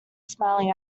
smiling